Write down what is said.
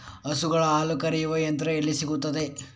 ಹಸುಗಳ ಹಾಲು ಕರೆಯುವ ಯಂತ್ರ ಎಲ್ಲಿ ಸಿಗುತ್ತದೆ?